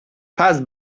passed